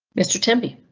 mr. tempie